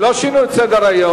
שינו את סדר-היום.